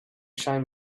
shine